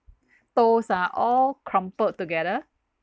toes are all crumpled together